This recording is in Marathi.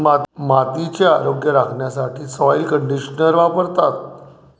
मातीचे आरोग्य राखण्यासाठी सॉइल कंडिशनर वापरतात